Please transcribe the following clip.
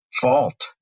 fault